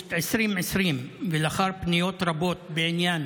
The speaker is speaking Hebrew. באוגוסט 2020, ולאחר פניות רבות בעניין